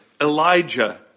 Elijah